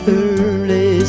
early